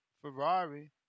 Ferrari